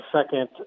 second